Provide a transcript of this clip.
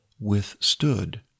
withstood